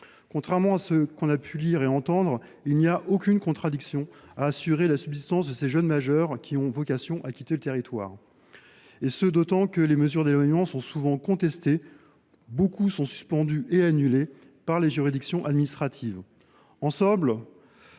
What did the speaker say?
Contrairement à ce qu’on a pu lire ou entendre, il n’y a aucune contradiction à assurer la subsistance de ces jeunes majeurs à qui l’on demande de quitter le territoire, d’autant plus que les mesures d’éloignement sont souvent contestées et que beaucoup sont suspendues ou annulées par les juridictions administratives. En somme,